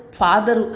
father